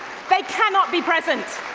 they cannot be present!